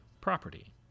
property